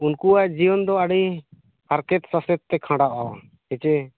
ᱩᱱᱠᱩᱣᱟᱜ ᱡᱤᱭᱚᱱ ᱫᱚ ᱟᱹᱰᱤ ᱦᱟᱨᱠᱷᱮᱛ ᱥᱟᱥᱮᱛ ᱛᱮ ᱠᱷᱟᱸᱰᱟᱜᱼᱟ ᱦᱮᱸᱥᱮ